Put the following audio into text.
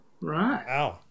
Right